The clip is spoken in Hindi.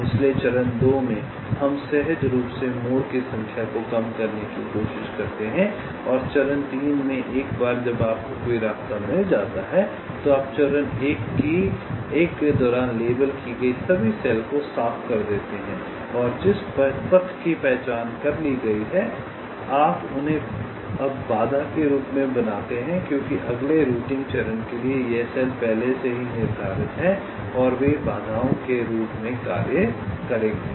इसलिए चरण २ में हम सहज रूप से मोड़ की संख्या को कम करने की कोशिश करते हैं और चरण 3 में एक बार जब आपको कोई रास्ता मिल जाता है तो आप चरण 1 के दौरान लेबल की गई सभी सेल को साफ़ कर देते हैं और जिस पथ की पहचान कर ली गई है आप उन्हें अब बाधा के रूप में बनाते हैं क्योंकि अगले रूटिंग चरण के लिए ये सेल पहले से ही निर्धारित हैं और वे बाधाओं के रूप में कार्य करेंगे